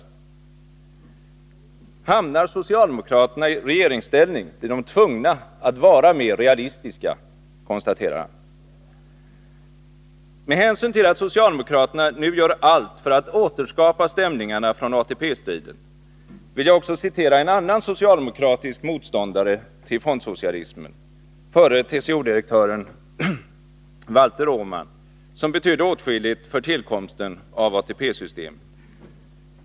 Han konstaterar: ”Hamnar socialdemokraterna i regeringsställning blir de tvungna att vara mer realistiska.” Med hänsyn till att socialdemokraterna nu gör allt för att återskapa stämningarna från ATP-striden vill jag också citera en annan socialdemokratisk motståndare till fondsocialismen, förre TCO-direktören Valter Åman, som betydde åtskilligt för tillkomsten av ATP-systemet.